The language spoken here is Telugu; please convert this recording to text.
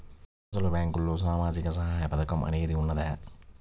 అసలు బ్యాంక్లో సామాజిక సహాయం పథకం అనేది వున్నదా?